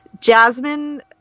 Jasmine